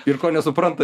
ir ko nesupranta